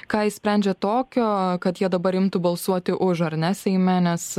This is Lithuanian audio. ką išsprendžia tokio kad jie dabar imtų balsuoti už ar ne seime nes